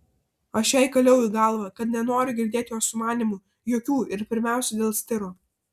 aš jai kaliau į galvą kad nenoriu girdėt jos sumanymų jokių ir pirmiausia dėl stiro